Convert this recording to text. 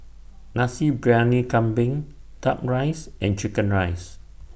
Nasi Briyani Kambing Duck Rice and Chicken Rice